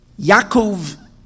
Yaakov